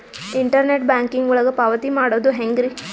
Internet banking ಒಳಗ ಪಾವತಿ ಮಾಡೋದು ಹೆಂಗ್ರಿ?